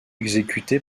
exécuté